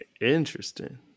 Interesting